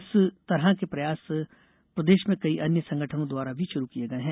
इस तरह के प्रयास प्रदेश में कई अन्य संगठनों द्वारा भी शुरू किए गए हैं